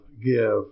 give